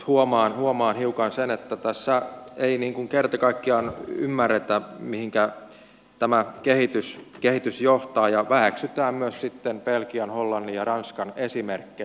huomaan hiukan sen että tässä ei kerta kaikkiaan ymmärretä mihinkä tämä kehitys johtaa ja myös väheksytään belgian hollannin ja ranskan esimerkkejä